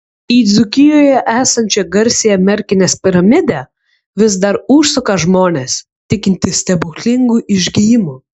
į dzūkijoje esančią garsiąją merkinės piramidę vis dar užsuka žmonės tikintys stebuklingu išgijimu